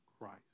Christ